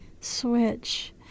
switch